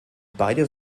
beide